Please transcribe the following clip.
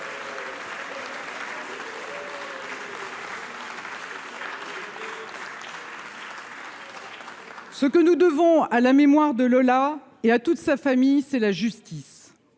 Ce que nous devons à la mémoire de Lola et à toute sa famille, c'est la justice,